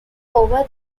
over